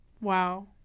Wow